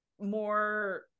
more